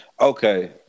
Okay